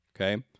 Okay